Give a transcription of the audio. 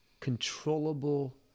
controllable